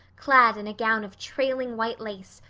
clad in a gown of trailing white lace,